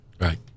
Right